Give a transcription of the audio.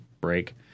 break